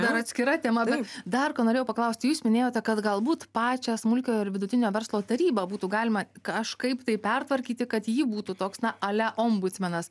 dar atskira tema dar ką norėjau paklaust jūs minėjote kad galbūt pačią smulkiojo ir vidutinio verslo tarybą būtų galima kažkaip tai pertvarkyti kad ji būtų toks na ale ombudsmenas